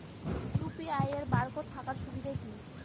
UPI এর barcode থাকার সুবিধে কি?